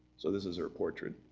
so this is her portrait